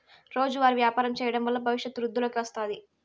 రోజువారీ వ్యాపారం చేయడం వల్ల భవిష్యత్తు వృద్ధిలోకి వస్తాది